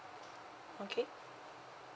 okay